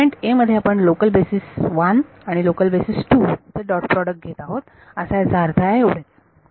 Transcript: element a मध्ये आपण local basis 1 आणि लोकल बेसिस 2 चे डॉट प्रॉडक्ट घेत आहोत असा याचा अर्थ आहे एवढेच